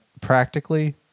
practically